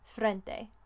frente